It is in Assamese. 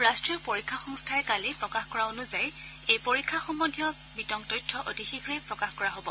ৰাষ্ট্ৰীয় পৰীক্ষা সংস্থাই কালি প্ৰকাশ কৰা অনুযায়ি এই পৰীক্ষা সহ্বদ্ধীয় বিতং তথ্য অতি শীঘ্ৰেই প্ৰকাশ কৰা হ'ব